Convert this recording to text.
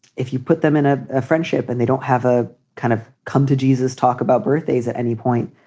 if you put them in ah a friendship and they don't have a kind of come to jesus, talk about birthdays at any point,